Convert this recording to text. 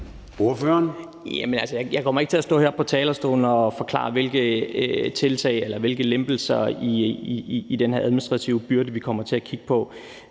på talerstolen og forklare, hvilke tiltag eller hvilke lempelser i den her administrative byrde vi kommer til at kigge på.